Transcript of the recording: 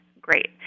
Great